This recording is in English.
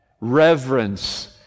Reverence